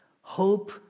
Hope